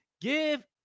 give